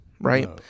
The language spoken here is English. Right